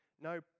no